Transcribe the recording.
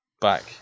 back